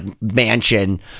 mansion